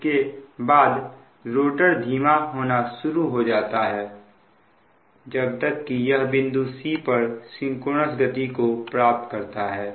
इसके बाद रोटर धीमा होना शुरू हो जाता है जब तक कि यह बिंदु c पर सिंक्रोनस गति को प्राप्त करता है